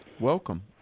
Welcome